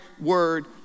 word